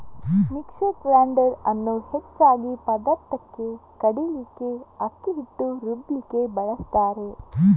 mixer grinder ಅನ್ನು ಹೆಚ್ಚಾಗಿ ಪದಾರ್ಥಕ್ಕೆ ಕಡೀಲಿಕ್ಕೆ, ಅಕ್ಕಿ ಹಿಟ್ಟು ರುಬ್ಲಿಕ್ಕೆ ಬಳಸ್ತಾರೆ